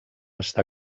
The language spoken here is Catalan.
està